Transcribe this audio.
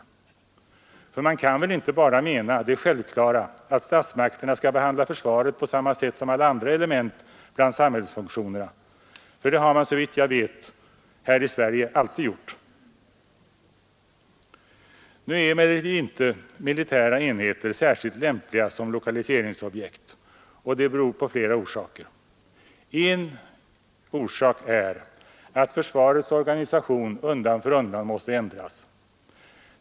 För utskottsmajoriteten kan väl inte bara avse det självklara faktum att statsmakterna skall behandla försvaret på samma sätt som alla andra element bland samhällsfunktionerna. Det har vi, såvitt jag vet, alltid gjort här i Sverige. Nu är emellertid inte militära enheter särskilt lämpliga som lokaliseringsobjekt. Det har flera orsaker. En är att försvarets organisation undan för undan måste ändras.